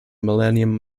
millennium